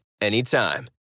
anytime